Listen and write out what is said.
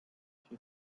she